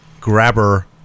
Grabber